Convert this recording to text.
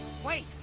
Wait